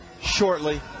shortly